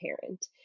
parent